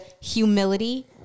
humility